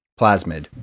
plasmid